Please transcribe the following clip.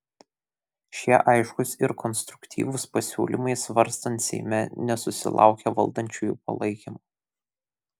šie aiškūs ir konstruktyvūs pasiūlymai svarstant seime nesusilaukė valdančiųjų palaikymo